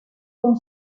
con